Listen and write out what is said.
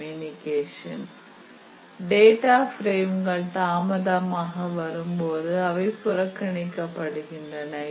communication data பிரேம்கள் தாமதமாக வரும் போது அவை புறக்கணிக்கப் படுகின்றன